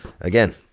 Again